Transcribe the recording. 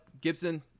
Gibson